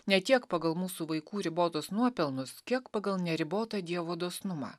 ne tiek pagal mūsų vaikų ribotus nuopelnus kiek pagal neribotą dievo dosnumą